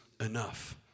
enough